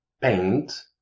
paint